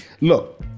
Look